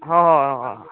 ꯍꯣꯏ ꯍꯣꯏ